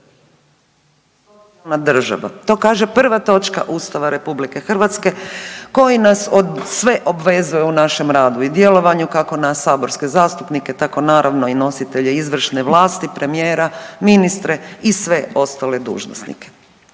To kaže prva točka Ustava RH koji nas sve obvezuje u našem radu i djelovanju kako nas saborske zastupnike tako naravno i nositelje izvršne vlasti premijera, ministre i sve ostale dužnosnike.